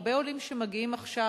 הרבה עולים שמגיעים עכשיו,